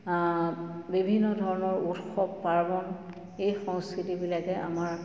বিভিন্ন ধৰণৰ উৎসৱ পাৰ্বণ এই সংস্কৃতিবিলাকে আমাৰ